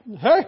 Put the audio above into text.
Hey